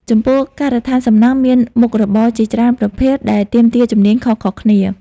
ចំពោះការដ្ឋានសំណង់មានមុខរបរជាច្រើនប្រភេទដែលទាមទារជំនាញខុសៗគ្នា។